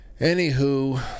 Anywho